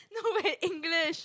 no my English